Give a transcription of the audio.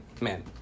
Man